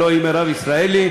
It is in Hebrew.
הלוא היא מירב ישראלי,